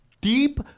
deep